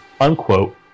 unquote